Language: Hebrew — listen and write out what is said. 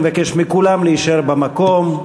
אני מבקש מכולם להישאר במקום,